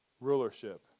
rulership